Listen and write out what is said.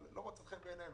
אבל לא מוצאת חן בעינינו,